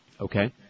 Okay